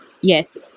yes